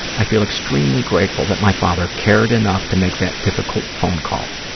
i feel extremely grateful that my father cared enough to make that difficult phone call.